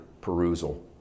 perusal